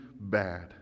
bad